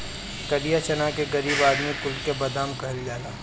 करिया चना के गरीब आदमी कुल के बादाम कहल जाला